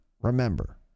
remember